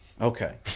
Okay